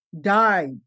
died